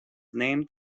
named